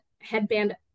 headband